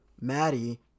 maddie